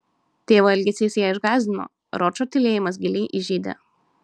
tėvo elgesys ją išgąsdino ročo tylėjimas giliai įžeidė